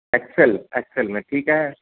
excel excel